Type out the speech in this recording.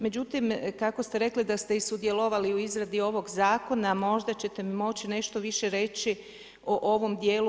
Međutim, kako ste rekli da ste i sudjelovali u izradi ovog zakona, možda ćete moći nešto više reći o ovom dijelu.